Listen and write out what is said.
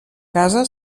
casa